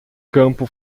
campo